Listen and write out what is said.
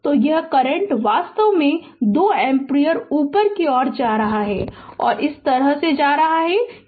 तो यह करंट वास्तव में दो एम्पियर ऊपर की ओर जा रहा है और इस तरह ले रहा है